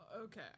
okay